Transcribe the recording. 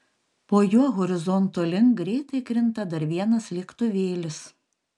po juo horizonto link greitai krinta dar vienas lėktuvėlis